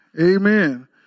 Amen